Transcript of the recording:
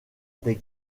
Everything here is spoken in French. des